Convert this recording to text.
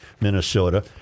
minnesota